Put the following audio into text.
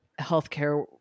healthcare